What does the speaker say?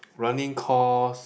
running cost